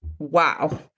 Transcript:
Wow